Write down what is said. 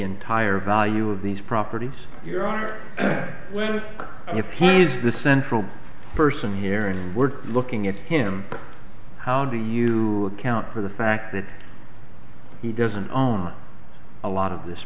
entire value of these properties here are whether if he is the central person here and we're looking at him how do you account for the fact that he doesn't own a lot of this